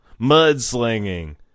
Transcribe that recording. mudslinging